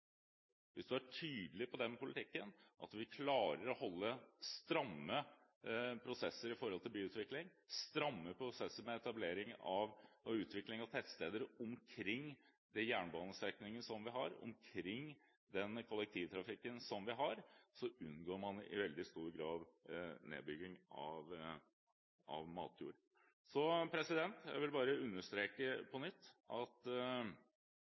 tydelig på den politikken, at man klarer å holde stramme prosesser når det gjelder byutvikling, og når det gjelder etablering og utvikling av tettsteder omkring de jernbanestrekningene som man har, og omkring den kollektivtrafikken som man har, unngår man i veldig stor grad nedbygging av matjord. Så jeg vil bare understreke på nytt at